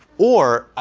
or,